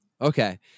okay